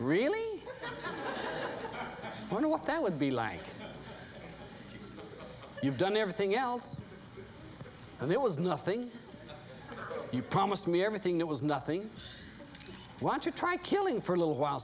really wonder what that would be like you've done everything else there was nothing you promised me everything there was nothing watch you try killing for a little while